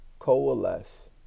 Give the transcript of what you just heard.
coalesce